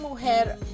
Mujer